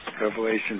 revelation